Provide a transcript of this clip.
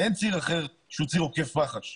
אני לא באמת יודע להגיד לך כמה